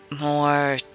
more